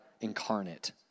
incarnate